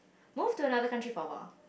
move to another country for awhile